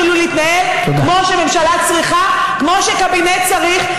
תתחילו להתנהל כמו שממשלה צריכה, כמו שקבינט צריך.